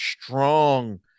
strong